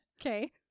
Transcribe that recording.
Okay